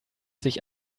sich